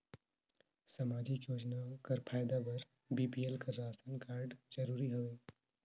समाजिक योजना कर फायदा बर बी.पी.एल कर राशन कारड जरूरी हवे?